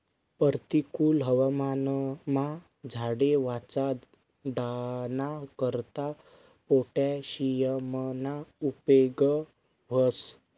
परतिकुल हवामानमा झाडे वाचाडाना करता पोटॅशियमना उपेग व्हस